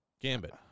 Gambit